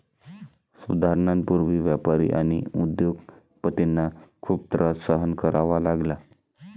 सुधारणांपूर्वी व्यापारी आणि उद्योग पतींना खूप त्रास सहन करावा लागला